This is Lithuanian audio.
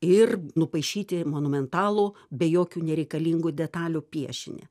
ir nupaišyti monumentalų be jokių nereikalingų detalių piešinį